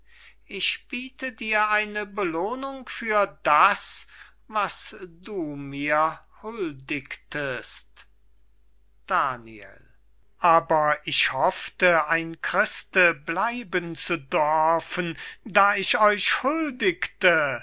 ich biete dir eine belohnung für das was du mir huldigtest daniel aber ich hoffte ein christ bleiben zu dörfen da ich euch